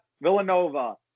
Villanova